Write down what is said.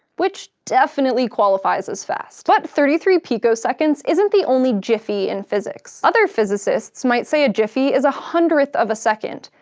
which definitely qualifies as fast. but thirty three picoseconds isn't the only jiffy in physics. other physicists might say a jiffy is a hundredth of a second,